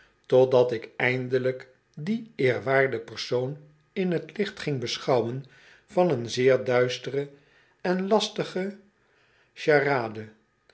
totdat ik eindelijk dien eerwaarden persoon in t licht ging beschouwen van een zeer duistere en lastige charade